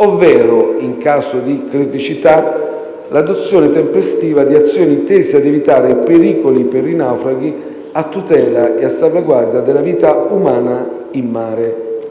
ovvero, in caso di criticità, l'adozione tempestiva di azioni tese ad evitare pericoli per i naufraghi, a tutela e a salvaguardia delle vite umane in mare.